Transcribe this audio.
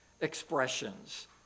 expressions